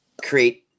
create